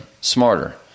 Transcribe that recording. smarter